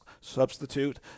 substitute